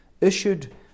issued